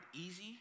easy